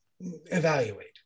evaluate